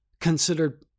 considered